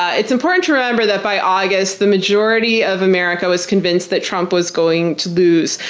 it's important to remember that by august the majority of america was convinced that trump was going to lose.